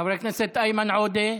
חבר הכנסת איימן עודה.